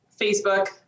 Facebook